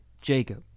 Jacob